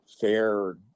fair